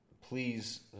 please